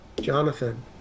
Jonathan